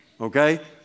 Okay